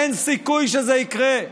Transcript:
אין סיכוי שזה יקרה.